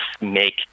make